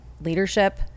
leadership